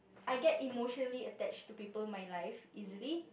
I get emotionally attached to people in my life easily